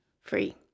free